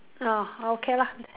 oh okay lah